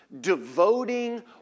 devoting